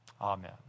Amen